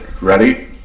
Ready